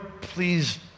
please